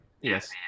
Yes